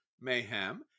Mayhem